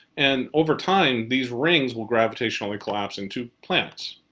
and, overtime these rings will gravitational collapse into planets,